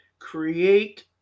create